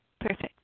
Perfect